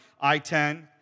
I-10